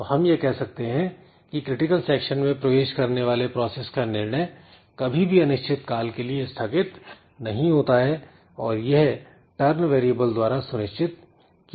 तो हम यह कह सकते हैं कि क्रिटिकल सेक्शन में प्रवेश करने वाले प्रोसेस का निर्णय कभी भी अनिश्चितकाल के लिए स्थगित नहीं होता है और यह turn वेरिएबल द्वारा सुनिश्चित किया जाता है